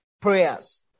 prayers